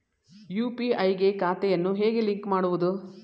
UPI ಗೆ ಖಾತೆಯನ್ನು ಹೇಗೆ ಲಿಂಕ್ ಮಾಡುವುದು?